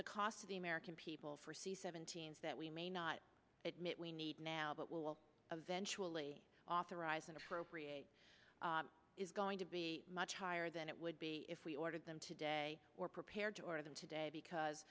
the cost to the american people for c seventeen that we may not admit we need now but will eventually authorize and appropriate is going to be much higher than it would be if we ordered them today or prepared to order them today because